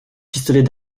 pistolets